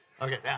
Okay